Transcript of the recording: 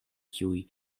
kiuj